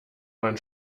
man